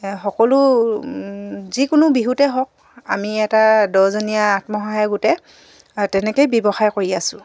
সকলো যিকোনো বিহুতে হওক আমি এটা দহজনীয়া আত্মসহায়ক গোটে তেনেকৈয়ে ব্যৱসায় কৰি আছো